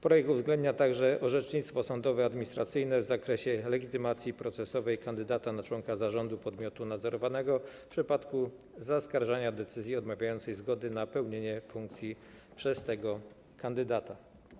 Projekt uwzględnia także orzecznictwo sądowoadministracyjne w zakresie legitymacji procesowej kandydata na członka zarządu podmiotu nadzorowanego w przypadku zaskarżenia decyzji odmawiającej zgody na pełnienie funkcji przez tego kandydata.